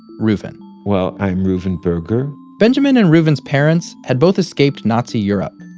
reuven well, i'm reuven berger benjamin and reuven's parents had both escaped nazi europe.